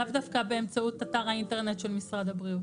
לאו דווקא באמצעות אתר האינטרנט של משרד הבריאות.